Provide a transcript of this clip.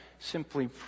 Simply